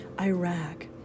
iraq